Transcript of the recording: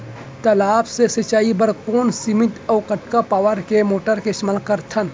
तालाब से सिंचाई बर कोन सीमित अऊ कतका पावर के मोटर के इस्तेमाल करथन?